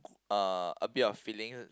a a bit of feeling